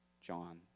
John